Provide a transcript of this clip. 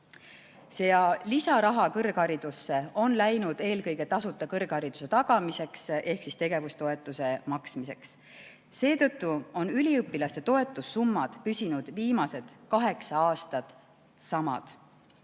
Lisaraha kõrgharidusse on läinud eelkõige tasuta kõrghariduse tagamiseks ehk siis tegevustoetuse maksmiseks. Seetõttu on üliõpilaste toetussummad püsinud viimased kaheksa aastat samad.